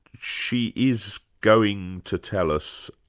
she is going to tell us,